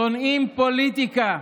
שונאים פוליטיקה,